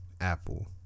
Apple